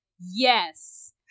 yes